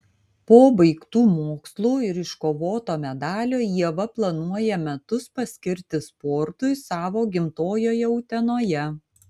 po baigtų mokslų ir iškovoto medalio ieva planuoja metus paskirti sportui savo gimtojoje utenoje